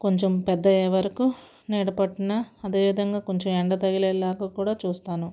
కొంచెం పెద్దయ్యేవరకు నీడపట్టున అదే విధంగా కొంచెం ఎండ తగిలేలాగా కూడా చూస్తాను